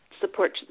support